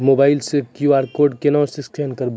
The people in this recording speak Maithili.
मोबाइल से क्यू.आर कोड केना स्कैन करबै?